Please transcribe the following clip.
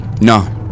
No